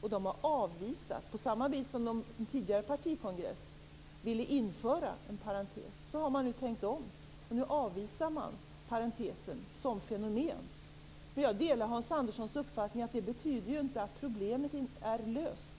och den har avvisat en parentes. På samma sätt som en tidigare partikongress ville införa en parentes har man nu tänkt om, och nu avvisar man parentesen som fenomen. Jag delar dock Hans Anderssons uppfattning: Det betyder ju inte att problemet är löst.